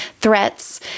threats